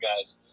guys